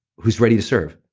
who's ready to serve.